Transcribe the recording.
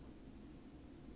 but then